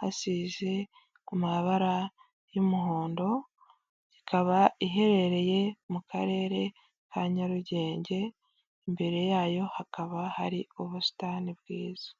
hasize amabara y'umuhondo ikaba iherereye mu karere ka ka Nyarugenge imbere yayo hakaba hari ubusitani bwiza.